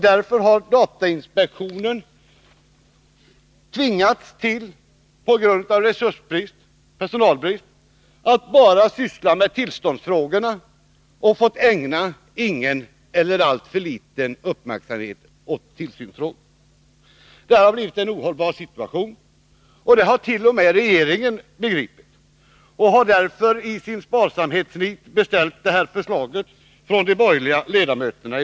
Därför har datainspektionen tvingats — på grund av personalbrist — att bara syssla med tillståndsfrågor och fått ägna ingen eller alltför liten uppmärksamhet åt tillsynsfrågorna. Situationen har blivit ohållbar. T. o. m. regeringen har insett det, och den har därför i sitt sparnit beställt det föreliggande förslaget från de borgerliga ledamöterna.